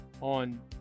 on